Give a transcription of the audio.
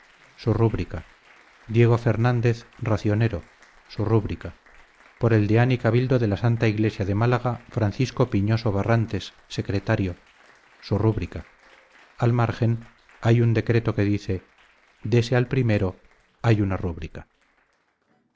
su rúbrica diego fernández racionero su rúbrica por el dean y cabildo de la santa yglesia de málaga francisco piñoso barrantes secretario su rúbrica al márgen hay un decreto que dice dese al primero hay una rúbrica